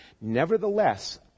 Nevertheless